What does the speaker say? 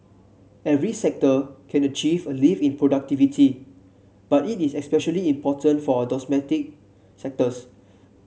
every sector can achieve a lift in productivity but it is especially important for our domestic sectors